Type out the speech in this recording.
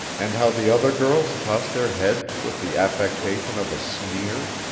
and how the other girls tossed their heads with the affectation of a sneer,